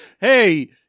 Hey